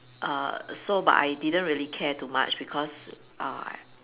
err so but I didn't really care too much because I